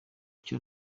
cyo